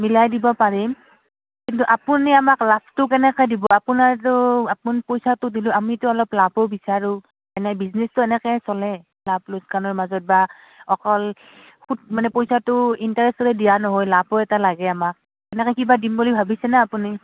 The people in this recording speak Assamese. মিলাই দিব পাৰিম কিন্তু আপুনি আমাক লাভটো কেনেকৈ দিব আপোনাৰতো আপুনি পইচাটো দিলোঁ আমিতো অলপ লাভো বিচাৰোঁ এনেই বিজনেছটো এনেকৈ চলে লাভ লোকচানৰ মাজত বা অকল সুত মানে পইচাটো ইণ্টাৰেষ্টৰে দিয়া নহয় লাভো এটা লাগে আমাক এনেকৈ কিবা দিম বুলি ভাবিছেনে আপুনি